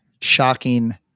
Shocking